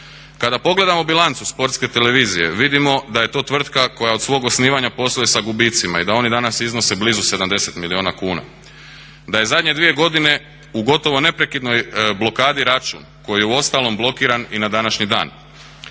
Kada pogledamo bilancu Sportske televizije vidimo da je to tvrtka koja od svog osnivanja posluje sa gubicima i da oni danas iznose blizu 70 milijuna kuna. Da je zadnje 2 godine u gotovo neprekidnoj blokadi račun koji je uostalom blokiran i na današnji dan.